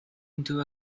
into